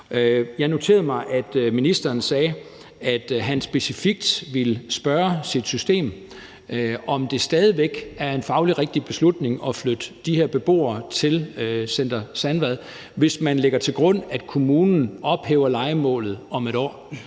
Jeg noterede mig, at ministeren sagde, at han specifikt ville spørge sit system, om det stadig væk fagligt set er en rigtig beslutning at flytte de her beboere til Center Sandvad, hvis man lægger til grund, at kommunen ophæver lejemålet om et år.